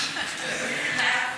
הסימולטני: